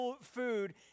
food